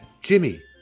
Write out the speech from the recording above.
Jimmy